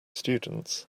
students